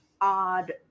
odd